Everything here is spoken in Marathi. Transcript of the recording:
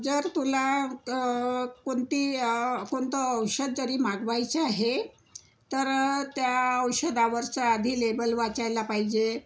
जर तुला कोणती कोणतं औषध जरी मागवायचं आहे तर त्या औषधावरचा आधी लेबल वाचायला पाहिजे